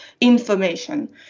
information